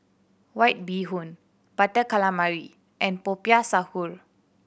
White Bee Hoon Butter Calamari and Popiah Sayur